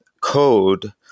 code